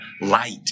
light